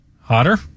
hotter